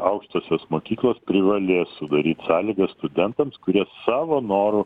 aukštosios mokyklos privalės sudaryt sąlygas studentams kurie savo noru